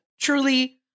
truly